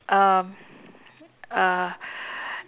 um uh